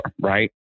Right